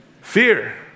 Fear